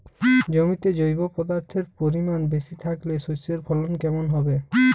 জমিতে জৈব পদার্থের পরিমাণ বেশি থাকলে শস্যর ফলন কেমন হবে?